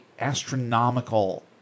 astronomical